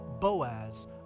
Boaz